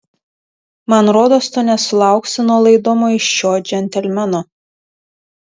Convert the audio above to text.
man rodos tu nesulauksi nuolaidumo iš šio džentelmeno